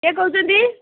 କିଏ କହୁଛନ୍ତି